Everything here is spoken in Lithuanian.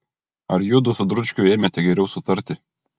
ar judu su dručkiu ėmėte geriau sutarti